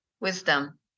Wisdom